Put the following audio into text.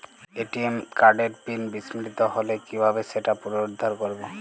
ATM কার্ডের pin বিস্মৃত হলে কীভাবে সেটা পুনরূদ্ধার করব?